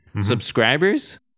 subscribers